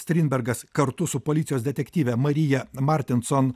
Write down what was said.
strindbergas kartu su policijos detektyve marija martinson